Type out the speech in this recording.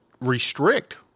restrict